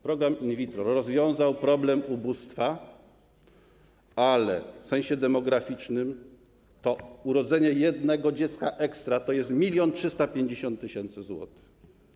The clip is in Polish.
Program in vitro rozwiązał problem ubóstwa, ale w sensie demograficznym urodzenie jednego dziecka ekstra to jest 1350 tys. zł.